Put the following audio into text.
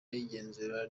y’igenzura